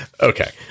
Okay